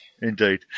Indeed